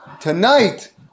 Tonight